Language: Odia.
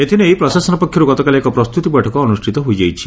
ଏଥିନେଇ ପ୍ରଶାସନ ପ କ୍ଷରୁ ଗତକାଲି ଏକ ପ୍ରସ୍ତୁତି ବୈଠକ ଅନୁଷିତ ହୋଇ ଯାଇଛି